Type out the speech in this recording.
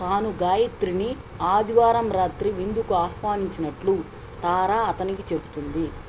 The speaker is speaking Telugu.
తను గాయిత్రిని ఆదివారం రాత్రి విందుకు ఆహ్వానించినట్లు తారా అతనికి చెప్తుంది